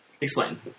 Explain